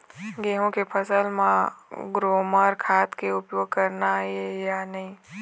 गेहूं के फसल म ग्रोमर खाद के उपयोग करना ये या नहीं?